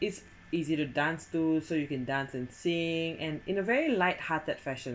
it's easy to dance to so you can dance and sing and in a very lighthearted fashion